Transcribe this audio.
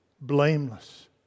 blameless